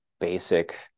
basic